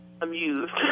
amused